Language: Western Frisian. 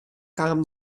kaam